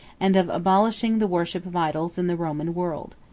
and of abolishing the worship of idols in the roman world.